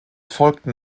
folgten